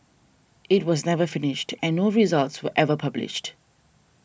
it was never finished and no results were ever published